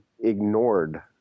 ignored